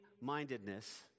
mindedness